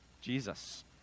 Jesus